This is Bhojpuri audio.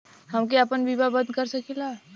हमके आपन बीमा बन्द कर सकीला?